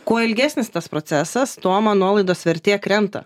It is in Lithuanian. kuo ilgesnis tas procesas tuo man nuolaidos vertė krenta